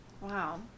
Wow